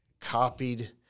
copied